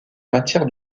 matière